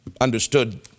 understood